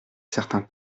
certain